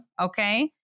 okay